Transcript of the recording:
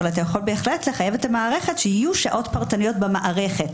אבל יכול לחייב את המערכת שיהיו שעות פרטניות במערכת.